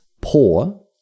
poor